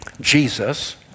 Jesus